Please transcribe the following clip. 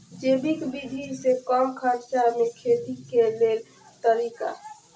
जैविक विधि से कम खर्चा में खेती के लेल तरीका?